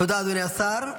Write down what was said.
תודה, אדוני השר.